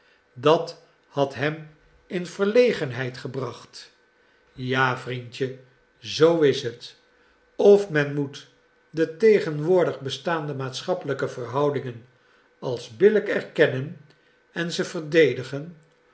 dat had hem in verlegenheid gebracht ja vriendje zoo is het of men moet de tegenwoordig bestaande maatschappelijke verhoudingen als billijk erkennen en ze verdedigen